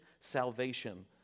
salvation